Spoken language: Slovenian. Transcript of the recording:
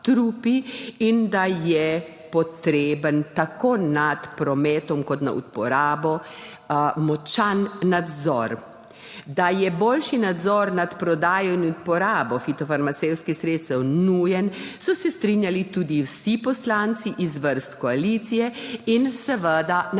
in da je potreben močan nadzor tako nad prometom kot na uporabo. Da je boljši nadzor nad prodajo in uporabo fitofarmacevtskih sredstev nujen, so se strinjali tudi vsi poslanci iz vrst koalicije in seveda napovedali